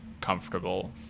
comfortable